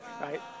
right